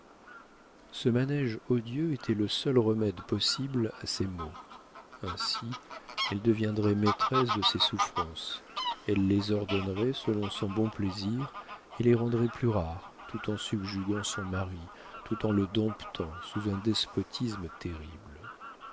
ce manége odieux était le seul remède possible à ses maux ainsi elle deviendrait maîtresse de ses souffrances elle les ordonnerait selon son bon plaisir et les rendrait plus rares tout en subjuguant son mari tout en le domptant sous un despotisme terrible